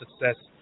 success